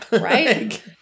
Right